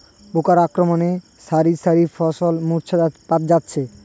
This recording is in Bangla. পোকার আক্রমণে শারি শারি ফসল মূর্ছা যাচ্ছে